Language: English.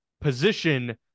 position